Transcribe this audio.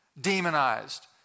demonized